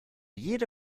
jede